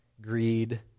greed